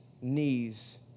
knees